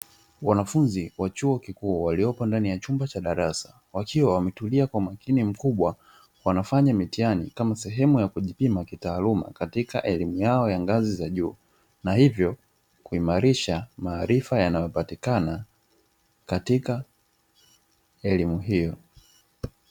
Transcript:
Wanafunzi wa chuo kikuu waliopo ndani ya chumba cha darasa wakiwa wametulia kwa umakini mkubwa, wanafanya mitihani kama sehemu ya kujipima kitaaluma katika elimu yao ya ngazi za juu, na hivyo kuimarisha maarifa yanayopatikana katika elimu hiyo.